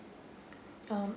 um